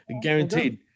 guaranteed